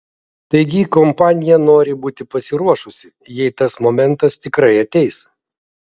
taigi kompanija nori būti pasiruošusi jei tas momentas tikrai ateis